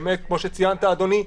כמו שציינת אדוני,